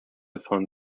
fund